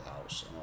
house